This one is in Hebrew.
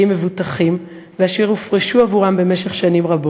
מבוטחים ואשר הופרשו עבורם במשך שנים רבות.